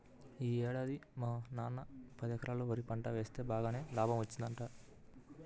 యీ ఏడాది మా నాన్న పదెకరాల్లో వరి పంట వేస్తె బాగానే లాభం వచ్చిందంట